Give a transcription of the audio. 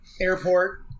airport